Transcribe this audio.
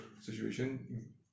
situation